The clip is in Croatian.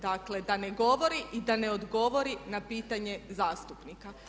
Dakle da ne govori i da ne odgovori na pitanje zastupnika.